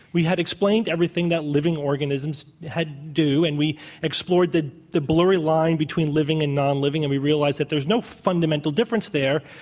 we hadexplained everything that living organisms do, and we explored the the blurry line between living and nonliving, and we realized that there is no fundamental difference there.